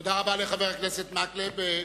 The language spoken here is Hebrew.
תודה רבה לחבר הכנסת מקלב.